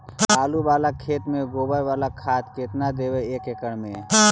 आलु बाला खेत मे गोबर बाला खाद केतना देबै एक एकड़ खेत में?